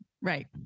right